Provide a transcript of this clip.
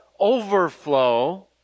overflow